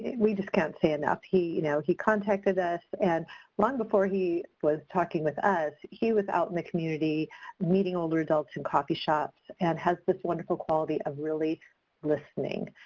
we can't say enough. he you know he contacted us and long before he was talking with us, he was out in the community meeting older adults in coffee shops and has this wonderful quality of really listening.